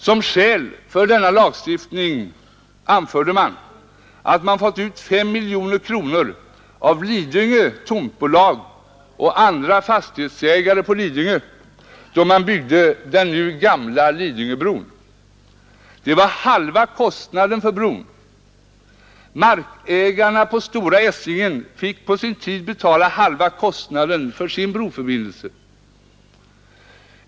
Som skäl för lagstiftningen anfördes att man lyckats få ut 5 miljoner kronor av Lidingö tomtbolag och andra fastighetsägare på Lidingö då man byggde den nu gamla Lidingöbron. Detta var halva kostnaden för bron. Markägarna på Stora Essingen fick på sin tid betala halva kostnaden för sin broförbindelse.